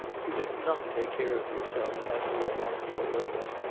you did not take care of yourself after your moscow illness,